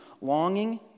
Longing